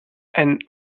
and